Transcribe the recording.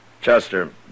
Chester